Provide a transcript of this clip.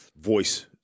voice